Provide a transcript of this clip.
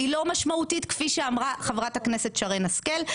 היא לא משמעותית, כפי שאמרה חברת הכנסת שרן השכל.